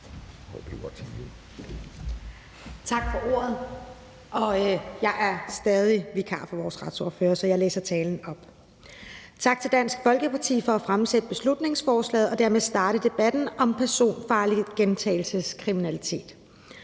Tak for ordet. Jeg er stadig vikar for vores retsordfører, så jeg læser talen op. Tak til Dansk Folkeparti for at fremsætte beslutningsforslaget og dermed starte debatten om personfarlig gentagelseskriminalitet.